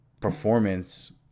performance